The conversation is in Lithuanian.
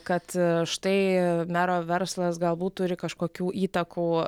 kad štai mero verslas galbūt turi kažkokių įtakų